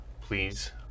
please